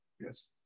Yes